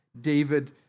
David